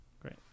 Great